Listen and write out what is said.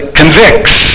convicts